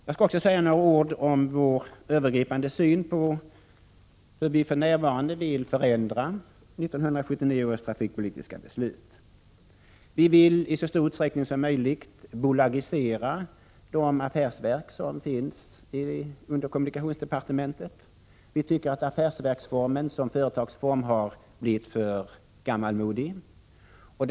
Jag skall också säga några ord om vår övergripande syn på förändringar i nuläget av 1979 års trafikpolitiska beslut. Vi vill i så stor utsträckning som möjligt bolagisera de affärsverk som finns under kommunikationsdepartementet. Vi tycker att affärsverksformen har blivit för gammalmodig som företagsform.